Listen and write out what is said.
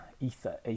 ether